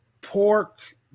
pork